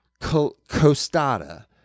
costata